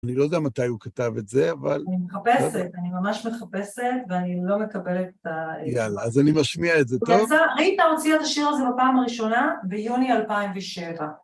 אני לא יודע מתי הוא כתב את זה, אבל... אני מחפשת, אני ממש מחפשת, ואני לא מקבלת את ה... יאללה, אז אני משמיע את זה, טוב? הוא יצא, ריטה הוציאה את השיר הזה בפעם הראשונה ביוני 2007.